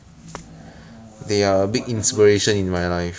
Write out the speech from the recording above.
no no whatever whatever you say